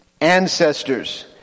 ancestors